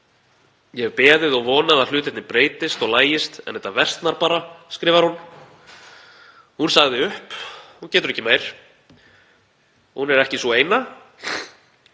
„Hef beðið og vonað að hlutirnir breytist og lagist en þetta versnar bara“, skrifar hún. Hún sagði upp og getur ekki meir. Hún er ekki sú eina.